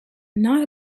not